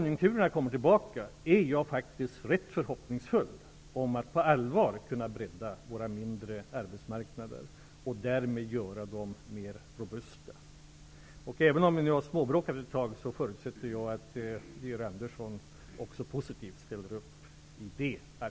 Jag är ganska förhoppningsfull om att på allvar kunna bredda våra mindre arbetsmarknader och därmed göra dem mer robusta bara konjunkturen går upp igen. Även om vi nu har småbråkat ett tag förutsätter jag att Georg Andersson också är positiv till det arbetet.